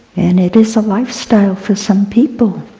and it is a lifestyle for some people,